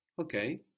Okay